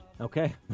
Okay